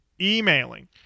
emailing